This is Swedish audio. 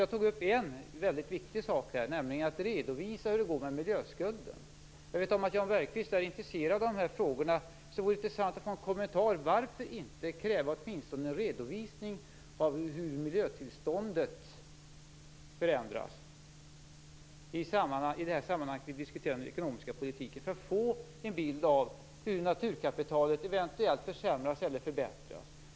Jag tog upp en väldigt viktig sak, nämligen en redovisning av hur det går med miljöskulden. Jag vet att Jan Bergqvist är intresserad av dessa frågor. När vi nu diskuterar den ekonomiska politiken vore det därför intressant att få en redovisning av hur miljötillståndet förändras. Det skulle ge en bild av hur naturkapitalet eventuellt försämras eller förbättras.